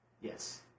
Yes